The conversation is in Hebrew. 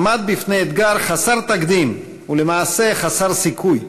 עמד בפני אתגר חסר תקדים ולמעשה חסר סיכוי: